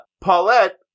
Paulette